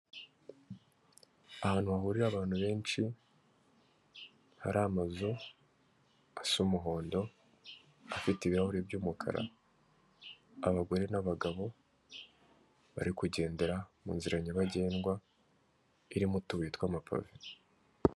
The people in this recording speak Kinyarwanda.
Ahantu hahurira abantu benshi hari amazu asa umuhondo, afite ibirahure by'umukara, abagore n'abagabo bari kugendera mu nzira nyabagendwa irimo utubuye tw'amapave.